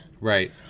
Right